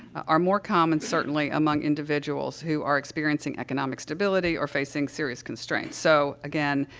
are more common, certainly, among individuals who are experiencing economic stability or facing serious constraints. so, again,